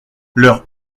leur